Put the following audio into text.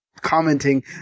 commenting